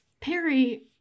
Perry